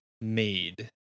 Made